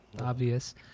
Obvious